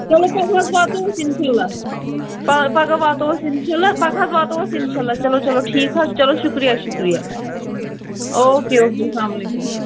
چلو تیٚلہِ حظ واتو أسۍ اِنشاء اَللّٰہ پا پگاہ واتو أسۍ اِنشاء اَللّٰہ پگاہ حظ واتو أسۍ اِنشاء اَللّٰہ چلو چلو ٹھیٖک حظ چھُ چَلو شُکرِیہ شُکرِیہ او کے او کے سَلامُ علیکُم